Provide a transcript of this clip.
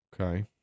Okay